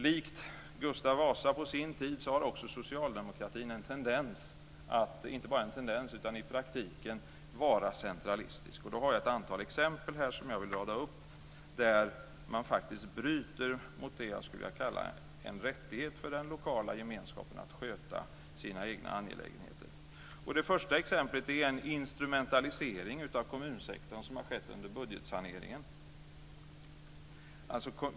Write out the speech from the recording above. Likt Gustav Vasa på sin tid har socialdemokratin inte bara en tendens att vara centralistisk utan är det också i praktiken. Jag har ett antal exempel som jag vill rada upp där man faktiskt bryter mot det jag skulle vilja kalla en rättighet för den lokala gemenskapen att sköta sina egna angelägenheter. Det första exemplet är en instrumentalisering av kommunsektorn som har skett under budgetsaneringen.